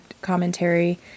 commentary